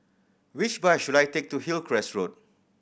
which bus should I take to Hillcrest Road